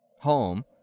home